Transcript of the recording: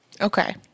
Okay